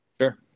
Sure